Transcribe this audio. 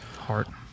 Heart